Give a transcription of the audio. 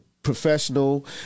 Professional